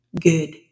Good